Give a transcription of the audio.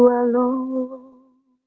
alone